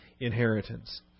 inheritance